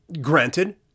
granted